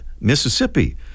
Mississippi